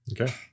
Okay